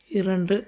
இரண்டு